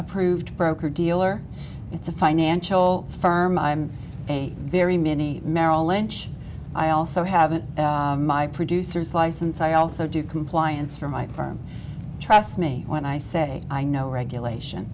approved broker dealer it's a financial firm i'm a very mini merrill lynch i also have an my producer's license i also do compliance for my firm trust me when i say i know regulation